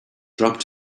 dropped